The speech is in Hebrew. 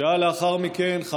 שעה לאחר מכן,